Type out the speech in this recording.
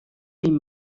این